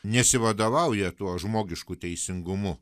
nesivadovauja tuo žmogišku teisingumu